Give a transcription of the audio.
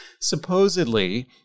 Supposedly